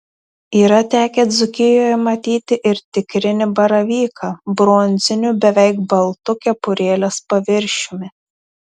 yra tekę dzūkijoje matyti ir tikrinį baravyką bronziniu beveik baltu kepurėlės paviršiumi